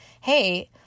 hey